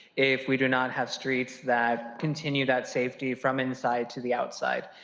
if we do not have streets that continue that safety from inside to the outside.